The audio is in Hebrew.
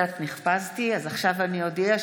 קצת נחפזתי, אז עכשיו אני אודיע.